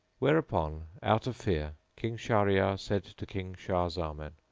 whereupon out of fear king shahryar said to king shah zaman,